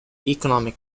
economic